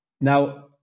now